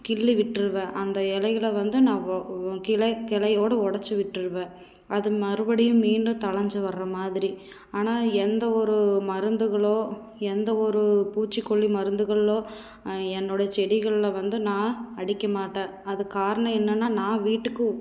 கிள்ளி விட்ருவேன் அந்த இலைகள வந்து நான் கிளை கிளையோட உடச்சி விட்ருவேன் அது மறுபடியும் மீண்டும் தழைஞ்சி வர மாதிரி ஆனால் எந்த ஒரு மருந்துகளோ எந்த ஒரு பூச்சிக்கொல்லி மருந்துகளோ என்னோடைய செடிகளில் வந்து நான் அடிக்க மாட்டேன் அதுக்கு காரணம் என்னன்னா நான் வீட்டுக்கு